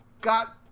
got